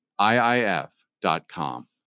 iif.com